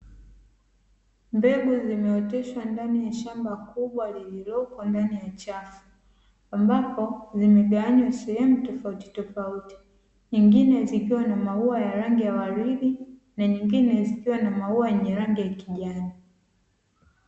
Mbegu zimeoteshwa ndani ya shamba kubwa lililoko ndani ya chafu, ambapo zimegawanywa sehemu tofautitofauti; nyingine zikiwa na maua ya rangi ya waridi na nyingine zikiwa na maua yenye rangi ya kijani.